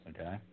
okay